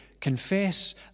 confess